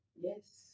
Yes